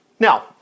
Now